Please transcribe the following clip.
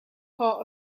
part